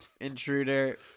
intruder